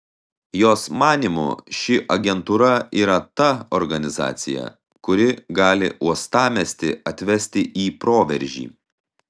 jos manymu ši agentūra yra ta organizacija kuri gali uostamiestį atvesti į proveržį